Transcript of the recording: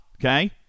Okay